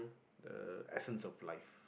uh essence of life